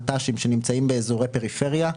מט"שים שנמצאים באזורי פריפריה,